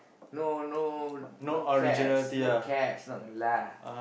no no no caps no caps not lah